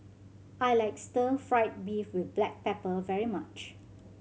I like stir fried beef with black pepper very much